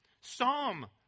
Psalm